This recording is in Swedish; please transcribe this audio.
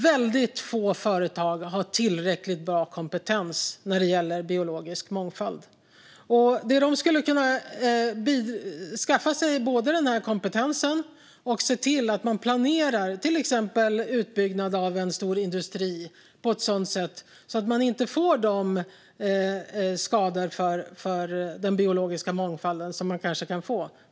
Väldigt få företag har tillräckligt bra kompetens när det gäller biologisk mångfald. De skulle kunna skaffa sig den kompetensen och se till att planera till exempel utbyggnaden av en stor industri på ett sådant sätt att man inte får de skador på den biologiska mångfalden man kanske kan få.